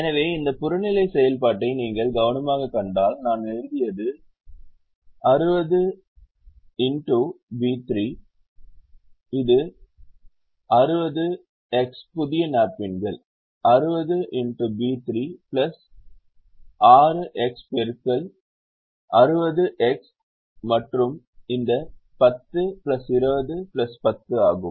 எனவே இந்த புறநிலை செயல்பாட்டை நீங்கள் கவனமாகக் கண்டால் நான் எழுதியது 60 x B3 இது 60 x புதிய நாப்கின்கள் 6 x பெருக்கல் 60 x மற்றும் இந்த 10 20 10 ஆகும்